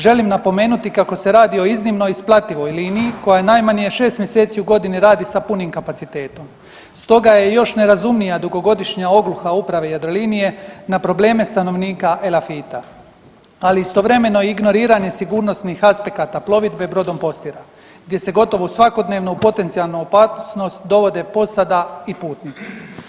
Želim napomenuti kako se radi o iznimnoj isplativoj liniji koja najmanje šest mjeseci u godini radi sa punim kapacitetom, stoga je još nerazumnija dugogodišnja ogluha uprave Jadrolinije na probleme stanovnika Elafita, ali istovremeno ignoriranje sigurnosnih aspekata plovidbe brodom Postira gdje se gotovo svakodnevno u potencijalnu opasnost dovode posada i putnici.